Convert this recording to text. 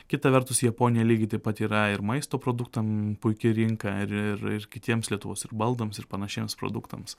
kita vertus japonija lygiai taip pat yra ir maisto produktam puiki rinka ir ir kitiems lietuvos ir baldams ir panašiems produktams